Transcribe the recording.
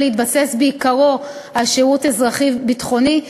להתבסס בעיקרו על שירות אזרחי-ביטחוני,